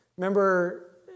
Remember